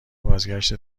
بازگشت